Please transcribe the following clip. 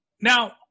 Now